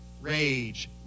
rage